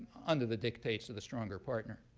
under the dictates of the stronger partner.